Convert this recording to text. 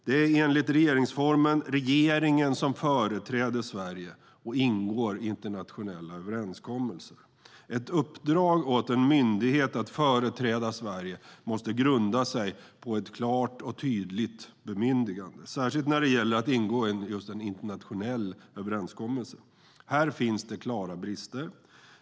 Det är enligt regeringsformen regeringen som företräder Sverige och ingår internationella överenskommelser. Ett uppdrag åt en myndighet att företräda Sverige måste grunda sig på ett klart och tydligt bemyndigande, särskilt när det gäller att ingå en internationell överenskommelse. Här finns det klara brister.